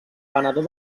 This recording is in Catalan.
venedor